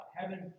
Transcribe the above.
heaven